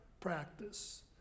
practice